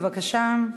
בבקשה.